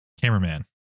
cameraman